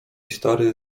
stary